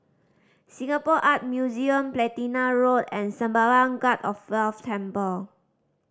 Singapore Art Museum Platina Road and Sembawang God of Wealth Temple